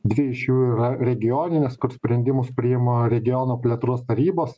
dvi iš jų yra regioninės kur sprendimus priima regiono plėtros tarybos